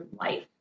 life